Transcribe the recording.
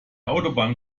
autobahn